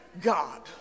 God